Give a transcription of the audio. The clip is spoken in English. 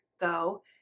go